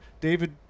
David